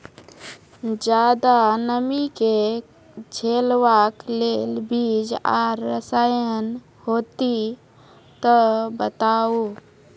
ज्यादा नमी के झेलवाक लेल बीज आर रसायन होति तऽ बताऊ?